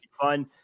fun